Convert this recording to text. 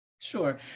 Sure